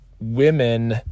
women